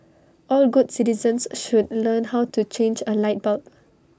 all good citizens should learn how to change A light bulb